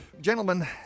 Gentlemen